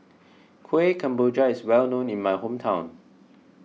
Kueh Kemboja is well known in my hometown